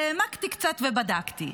והעמקתי קצת ובדקתי,